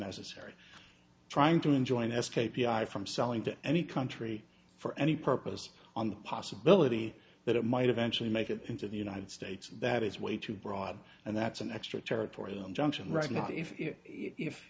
necessary trying to enjoin s k p i from selling to any country for any purpose on the possibility that it might eventually make it into the united states that it's way too broad and that's an extra territorial injunction right now if if